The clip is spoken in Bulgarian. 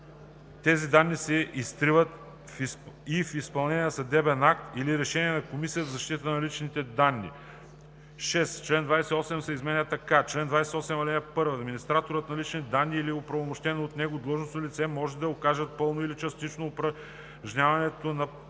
Тези данни се изтриват и в изпълнение на съдебен акт или решение на Комисията за защита на личните данни.“ 6. Член 28 се изменя така: „Чл. 28. (1) Администраторът на лични данни или оправомощени от него длъжностни лица може да откажат пълно или частично упражняването на правата